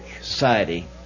society